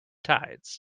tides